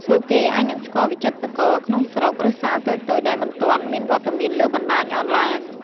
ពួកគេអាចនឹងស្គាល់វិចិត្រករក្នុងស្រុក ឬសាលតូចៗដែលមិនទាន់មានវត្តមានលើបណ្តាញអនឡាញ។